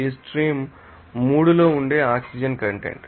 ఈ స్ట్రీమ్ 3 లో ఉండే ఆక్సిజన్ కంటెంట్